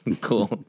Cool